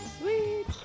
Sweet